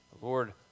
Lord